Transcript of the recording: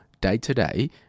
day-to-day